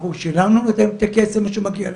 אנחנו שילמנו להם את הכסף שמגיע להם,